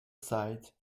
sight